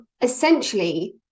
essentially